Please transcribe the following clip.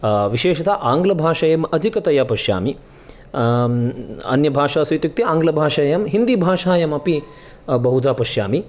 विषेशता आङ्ग्लभाषायां अधिकतया पश्यामि अन्यभाषासु इत्युक्ते आङ्ग्लभाषायां हिन्दिभाषायामपि बहुधा पश्यामि